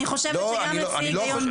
אני חושבת שגם לפי היגיון בריא.